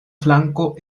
flanko